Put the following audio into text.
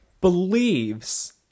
believes